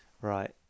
right